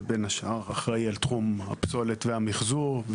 ובין השאר אחראי על תחום הפסולת והמחזור,